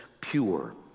pure